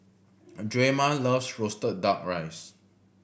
a Drema loves roasted Duck Rice